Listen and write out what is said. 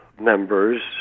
members